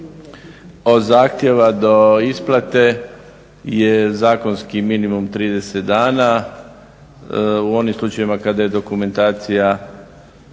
Od zahtjeva do isplate je zakonski minimum 30 dana, u onim slučajevima kada je dokumentacija sređena,